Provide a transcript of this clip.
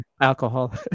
Alcohol